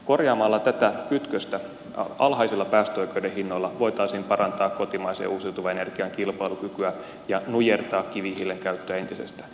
korjaamalla tätä kytköstä alhaisilla päästöoikeuden hinnoilla voitaisiin parantaa kotimaisen ja uusiutuvan energian kilpailukykyä ja nujertaa kivihiilen käyttöä entisestään